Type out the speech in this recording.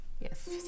Yes